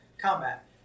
combat